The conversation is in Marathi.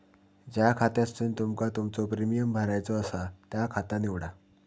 ज्या खात्यासून तुमका तुमचो प्रीमियम भरायचो आसा ता खाता निवडा